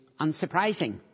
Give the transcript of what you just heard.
unsurprising